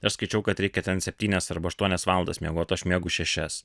aš skaičiau kad reikia ten septynias arba aštuonias valandas miegot aš miegu šešias